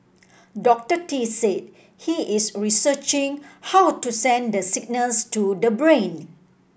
Doctor Tee said he is researching how to send the signals to the brain